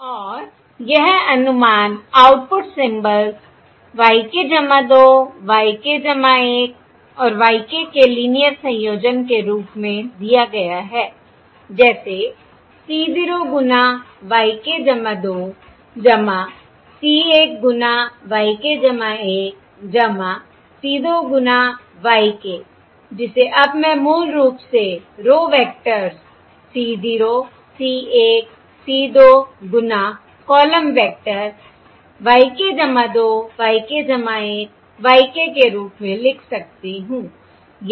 और यह अनुमान output symbols y k 2 y k 1 और y k के लीनियर संयोजन के रूप में दिया गया है जैसे c 0 गुना y k 2 c 1 गुना y k 1 c 2 गुना y k जिसे अब मैं मूल रूप से row vectors c 0 c 1 c 2 गुना column vector y k 2 y k 1 y k के रूप में लिख सकती हूं